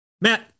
Matt